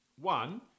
One